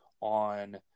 on